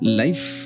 life